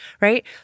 right